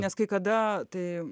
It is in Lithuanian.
nes kai kada tai